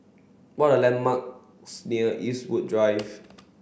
what are landmarks near Eastwood Drive